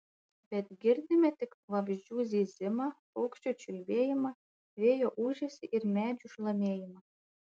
bet girdime tik vabzdžių zyzimą paukščių čiulbėjimą vėjo ūžesį ir medžių šlamėjimą